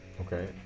Okay